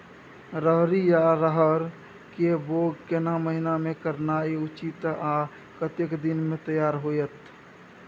रहरि या रहर के बौग केना महीना में करनाई उचित आ कतेक दिन में तैयार होतय?